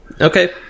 Okay